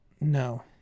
No